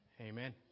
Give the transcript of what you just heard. Amen